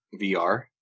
vr